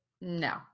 No